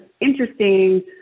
interesting